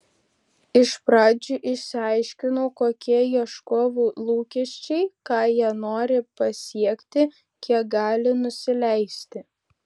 iš pradžių išsiaiškinau kokie ieškovų lūkesčiai ką jie nori pasiekti kiek gali nusileisti